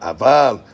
Aval